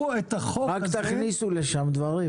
רק תכניסו לשם משאבים.